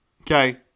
Okay